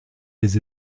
les